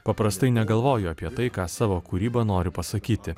paprastai negalvoju apie tai ką savo kūryba noriu pasakyti